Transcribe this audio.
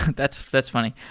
that's that's funny.